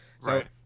Right